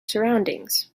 surroundings